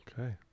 Okay